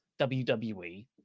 wwe